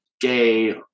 gay